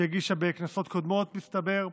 שהגישה בכנסות קודמות, מסתבר.